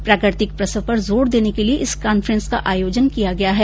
प्राकृतिक प्रसव पर जोर देने के लिये इस कांफ्रेंस का आयोजन किया गया है